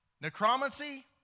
necromancy